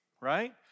right